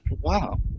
Wow